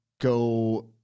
go